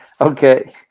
okay